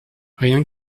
rien